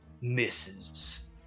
Misses